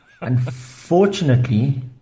Unfortunately